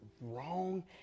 wrong